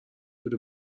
würde